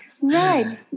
Right